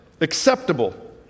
acceptable